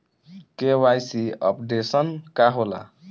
KYC updation का होला?